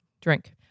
Drink